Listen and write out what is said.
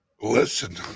listen